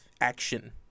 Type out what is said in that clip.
action